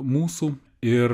mūsų ir